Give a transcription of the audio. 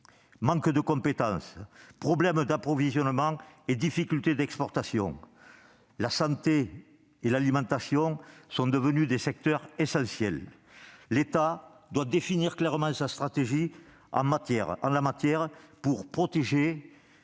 manques de compétences, problèmes d'approvisionnement et difficultés d'exportation. La santé et l'alimentation sont devenues des secteurs essentiels : l'État doit définir clairement sa stratégie en la matière pour protéger,